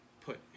put